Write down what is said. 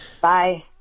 Bye